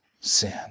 sin